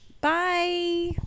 Bye